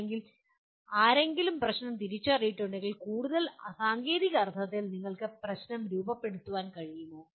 അല്ലെങ്കിൽ ആരെങ്കിലും പ്രശ്നം തിരിച്ചറിഞ്ഞിട്ടുണ്ടെങ്കിൽ കൂടുതൽ സാങ്കേതിക അർത്ഥത്തിൽ നിങ്ങൾക്ക് പ്രശ്നം രൂപപ്പെടുത്താൻ കഴിയുമോ